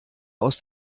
aus